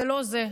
זה לא זה,